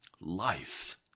life